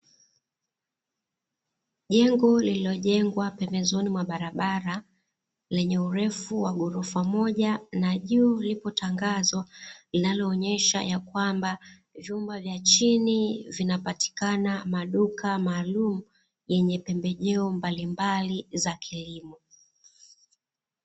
Jengo lililojengwa pembezoni mwa barabara kenye urefu wa ghorofa moja, na juu lipo tangazo linaloonesha ya kwamba vyumba vya chini vinapatikana, maduka maalumu yenye pembejeo mbalimbali za kilimo.